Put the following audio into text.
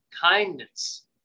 kindness